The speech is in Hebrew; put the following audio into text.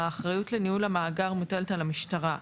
האחריות לניהול המאגר מוטלת על המשטרה.